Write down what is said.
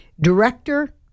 director